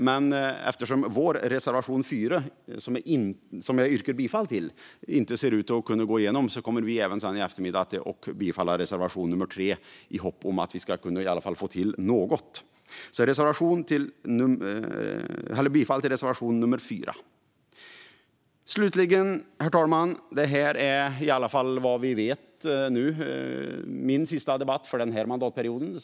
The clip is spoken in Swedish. Men eftersom vår reservation 4, som jag yrkar bifall till, inte ser ut att kunna gå igenom, kommer vi i eftermiddag ändå att stödja reservation 3 i hopp om att åtminstone kunna få till något. Jag yrkar alltså bifall till reservation 4. Slutligen, herr talman, vill jag säga att detta såvitt jag nu vet är min sista debatt för den här mandatperioden.